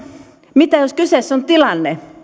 mitä jos kyseessä on tilanne